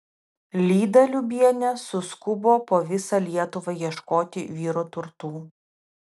lyda lubienė suskubo po visą lietuvą ieškoti vyro turtų